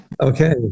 Okay